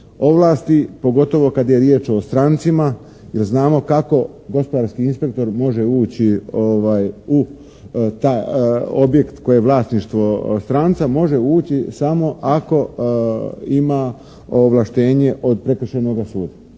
ovlasti pogotovo kad je riječ o strancima jer znamo kako gospodarski inspektor može ući u taj objekt koji je vlasništvo stranca. Može ući samo ako ima ovlaštenje od prekršajnoga suda.